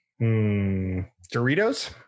Doritos